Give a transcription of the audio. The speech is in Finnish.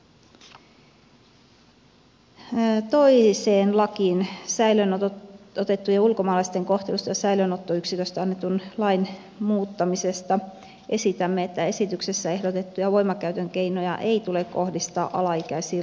toisen lain säilöön otettujen ulkomaalaisten kohtelusta ja säilöönottoyksiköstä annetun lain muuttamisesta esitämme että esityksessä ehdotettuja voimankäytön keinoja ei tule kohdistaa alaikäisiin lapsiin